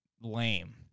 lame